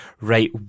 right